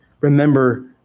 remember